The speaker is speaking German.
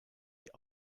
die